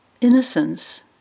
innocence